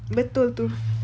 better to